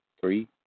three